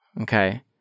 Okay